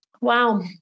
Wow